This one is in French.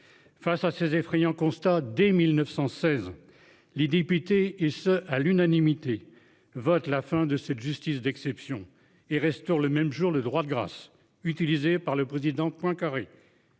Face à ces effrayant constat dès 1916, les députés et ce, à l'unanimité votent la fin de cette justice d'exception et restaure le même jour le droit de grâce, utilisée par le président Poincaré.